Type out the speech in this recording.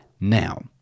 now